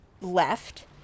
left